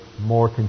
more